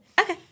okay